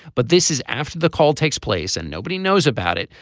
but this is after the call takes place and nobody knows about it.